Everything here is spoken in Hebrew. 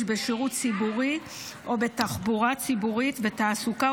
בשירות ציבורי או בתחבורה ציבורית ובתעסוקה,